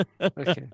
Okay